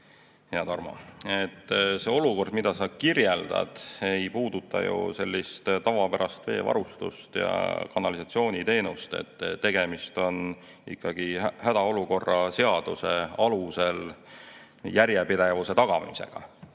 See olukord, mida sa kirjeldad, ei puuduta ju sellist tavapärast veevarustust ja kanalisatsiooniteenust. Tegemist on ikkagi hädaolukorra seaduse alusel järjepidevuse tagamisega.